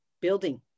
building